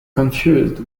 confused